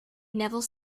neville